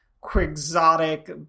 quixotic